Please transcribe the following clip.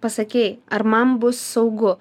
pasakei ar man bus saugu